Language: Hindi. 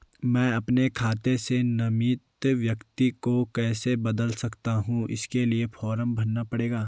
मैं अपने खाते से नामित व्यक्ति को कैसे बदल सकता हूँ इसके लिए फॉर्म भरना पड़ेगा?